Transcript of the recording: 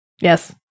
yes